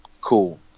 cool